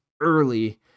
early